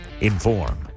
inform